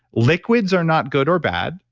liquids are not good or bad,